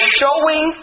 showing